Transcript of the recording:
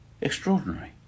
Extraordinary